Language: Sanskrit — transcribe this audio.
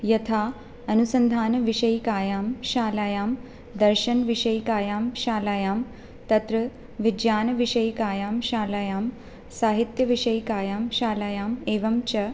यथा अनुसन्धानविषयिकायां शालायां दर्शनविषयिकायां शालायां तत्र विज्ञानविषयिकायां शालायां साहित्यवियिकायां शालायाम् एवञ्च